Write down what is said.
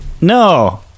no